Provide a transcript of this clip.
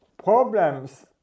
Problems